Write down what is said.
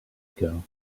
ago